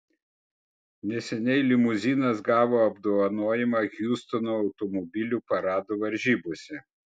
neseniai limuzinas gavo apdovanojimą hjustono automobilių parado varžybose